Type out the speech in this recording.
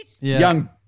young